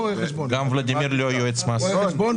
גם ולדימיר לא יועץ מס.